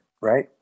Right